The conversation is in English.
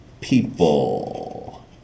people